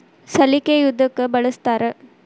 ಸಲಿಕೆ ಯದಕ್ ಬಳಸ್ತಾರ?